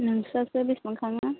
नोंसोरसो बेसेबां खाङो